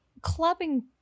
clubbing